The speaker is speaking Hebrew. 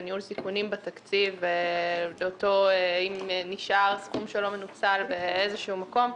וניהול סיכונים בתקציב ואם נשאר סכום שלא נוצל באיזשהו מקום.